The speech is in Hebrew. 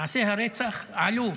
מעשי הרצח עלו.